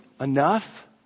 enough